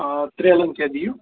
آ ترٛیلَن کیاہ دِیِو